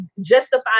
justify